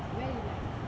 very well